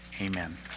Amen